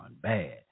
Bad